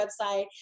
website